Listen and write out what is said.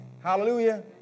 Hallelujah